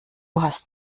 hast